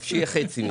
אז שיהיה חצי מזה.